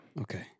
Okay